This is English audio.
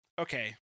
okay